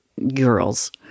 Girls